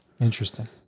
Interesting